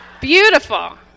Beautiful